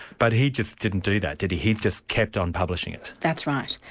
but he just didn't do that, did he? he just kept on publishing it. that's right.